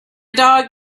dog